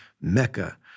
Mecca